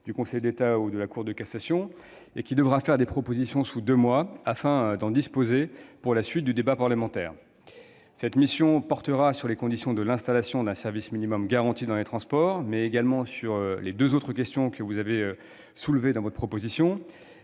du Conseil d'État ou de la Cour de cassation, celle-ci devra faire des propositions sous deux mois, afin que nous en puissions en disposer pour la suite du débat parlementaire. Cette mission portera sur les conditions de l'installation d'un service minimum garanti dans les transports, mais également sur les deux autres points que vous soulevez au travers de votre proposition